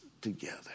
together